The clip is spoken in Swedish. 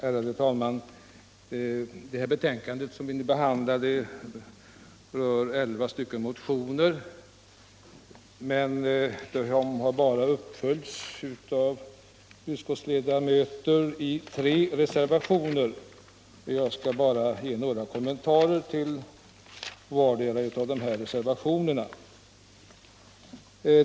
Fru talman! Det betänkande som vi nu behandlar omfattar elva motioner, men av dessa har bara tre följts upp i lika många reservationer. Jag skall bara göra några kommentarer till dessa reservationer.